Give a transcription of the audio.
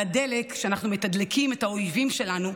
על הדלק שאנחנו מתדלקים את האויבים שלנו,